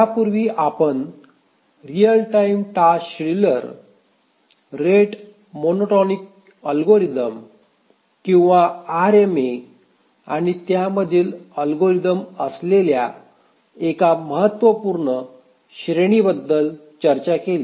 यापूर्वी आपण real time task scheduler rate monotonic algorithm किंवा आरएमए आणि त्यामधील अल्गोरिदम असलेल्या एका महत्त्वपूर्ण श्रेणीबद्दल चर्चा केली